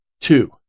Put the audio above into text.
Two